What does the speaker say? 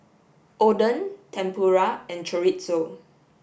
Oden Tempura and Chorizo